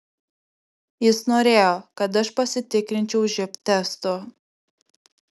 jis norėjo kad aš pasitikrinčiau živ testu